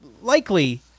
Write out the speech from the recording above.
likely